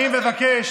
אני מבקש,